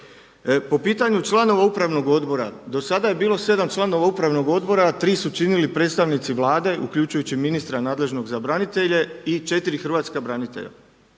Po pitanju članova upravnog odbora, do sada je bilo 7 članova upravnog odbora a 3 su činili predstavnici Vlade uključujući ministra nadležnog za branitelje i 4 hrvatska branitelja.